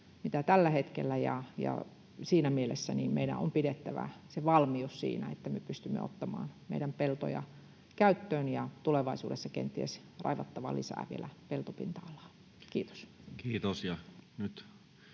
kuin tällä hetkellä. Siinä mielessä meidän on pidettävä valmius siihen, että me pystymme ottamaan meidän peltoja käyttöön, ja tulevaisuudessa on kenties raivattava vielä lisää peltopinta-alaa. — Kiitos.